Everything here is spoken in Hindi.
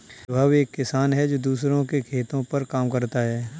विभव एक किसान है जो दूसरों के खेतो पर काम करता है